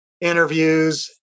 interviews